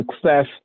success